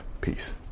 Peace